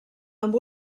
amb